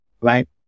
Right